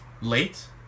Late